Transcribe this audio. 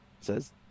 Says